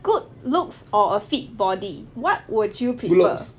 good looks or a fit body what would you prefer